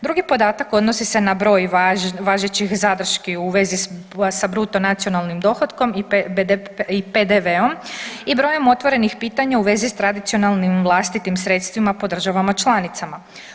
Drugi podatak odnosi se na broj važećih zadrški u vezi sa bruto nacionalnim dohotkom i PDV-om i brojem otvorenih pitanja u vezi sa tradicionalnim vlastitim sredstvima po državama članicama.